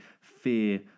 fear